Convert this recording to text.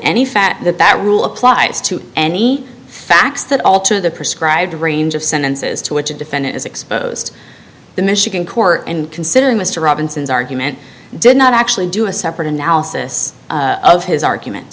any fact that that rule applies to any facts that alter the prescribed range of sentences to which a defendant is exposed the michigan court and considering mr robinson's argument did not actually do a separate analysis of his argument